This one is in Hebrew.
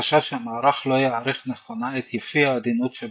מחשש שהמערב לא יעריך נכונה את יפי העדינות שבהם,